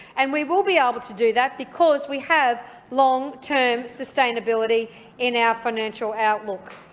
and we will be able to do that, because we have long term sustainability in our financial outlook.